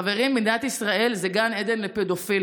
חברים, מדינת ישראל היא גן עדן לפדופילים.